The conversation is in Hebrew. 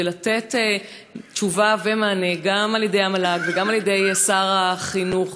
ולתת תשובה ומענה גם על-ידי המל"ג וגם על-ידי שר החינוך,